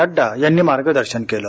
नड्डा यांनी मार्गदर्शन केले